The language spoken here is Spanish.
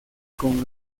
con